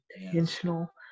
intentional